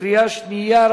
קריאה שנייה,